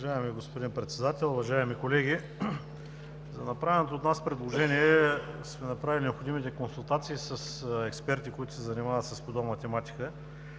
Уважаеми господин Председател, уважаеми колеги! За направеното от нас предложение сме направили необходимите консултации с експерти, които се занимават с подобна тематика.